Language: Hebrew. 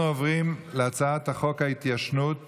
אנחנו עוברים להצעת חוק ההתיישנות,